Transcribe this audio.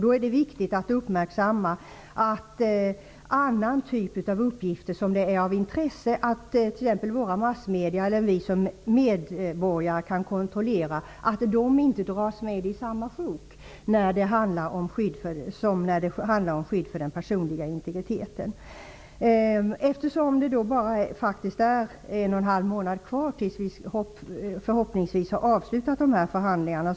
Det är då viktigt att uppmärksamma att andra typer av uppgifter som det är av intresse att t.ex. våra massmedier eller vi som medborgare kan kontrollera inte dras med i samma sjok när det gäller skydd för den personliga integriteten. Det är förhoppningsvis bara en och en halv månad kvar tills vi har avslutat förhandlingarna.